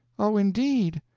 oh, indeed!